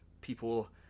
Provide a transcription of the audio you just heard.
people